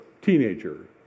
teenager